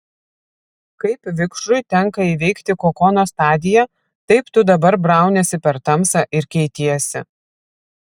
kaip vikšrui tenka įveikti kokono stadiją taip tu dabar brauniesi per tamsą ir keitiesi